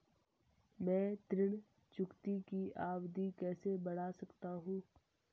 मैं ऋण चुकौती की अवधि कैसे बढ़ा सकता हूं?